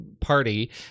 party